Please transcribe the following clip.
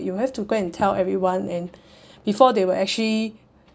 you have to go and tell everyone and before they will actually